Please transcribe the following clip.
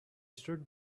stood